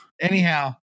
Anyhow